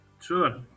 sure